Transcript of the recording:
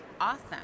awesome